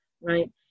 right